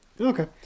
Okay